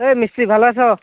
এই মিস্ত্ৰী ভালে আছ